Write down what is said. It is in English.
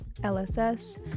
LSS